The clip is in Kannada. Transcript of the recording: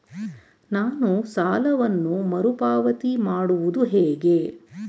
ನಾನು ಸಾಲವನ್ನು ಮರುಪಾವತಿ ಮಾಡುವುದು ಹೇಗೆ?